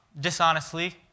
dishonestly